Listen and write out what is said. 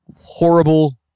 horrible